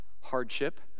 hardship